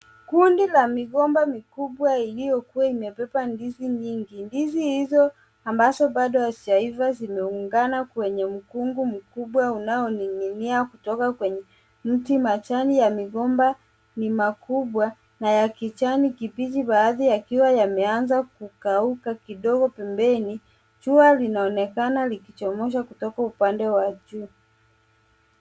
Kundi la migomba mikubwa iliyokuwa imebeba ndizi nyingi. Ndizi hizo ambazo bado hazijaiva zimeungana kwenye mkungu mkubwa unaoning'inia kutoka kwenye mti. Majani ya migomba ni makubwa na ya kijani kibichi, baadhi yakiwa yameanza kukauka kidogo pembeni. Jua linaonekana likichomoza kutoka upande wa juu.